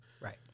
Right